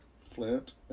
Flint